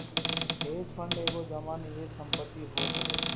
hedge fund एगो जमा निवेश संपत्ति होत हवे